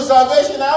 Salvation